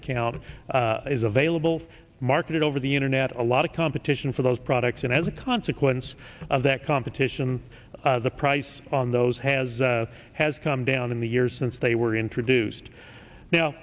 account is available marketed over the internet a lot of competition for those products and as a consequence of that competition the price on those has has come down in the years since they were introduced now